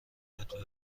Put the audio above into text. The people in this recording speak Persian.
بیاد